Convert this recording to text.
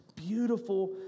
Beautiful